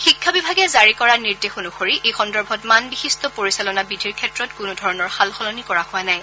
শিক্ষা বিভাগে জাৰি কাৰ নিৰ্দেশ অনুসৰি এই সন্দৰ্ভত মানবিশিষ্ট পৰিচালনা বিধিৰ ক্ষেত্ৰত কোনো ধৰণৰ সালসলনি কৰা হোৱা নাই